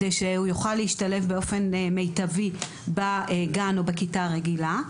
כדי שהוא יוכל להשתלב באופן מיטבי בגן או בכיתה הרגילה.